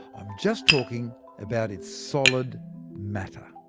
i'm just talking about its solid matter.